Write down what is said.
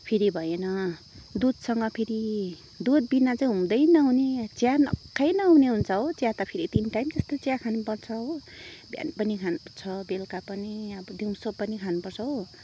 फेरि भएन दुधसँग फेरि दुधबिना चाहिँ हुँदै नहुने चिया नखाइ नहुने हुन्छ हो चिया त फेरि तिन टाइम जस्तो चिया खानु पर्छ हो बिहान पनि खानुपर्छ बेलुका पनि अब दिउँसो पनि खानुपर्छ हो